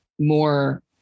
more